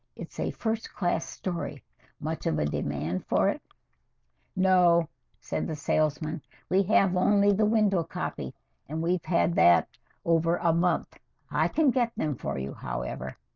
it's a first-class story much of a demand for it no said the salesman we have only the window copy and we've had that over a month i can get them for you however